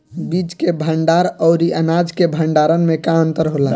बीज के भंडार औरी अनाज के भंडारन में का अंतर होला?